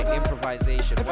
improvisation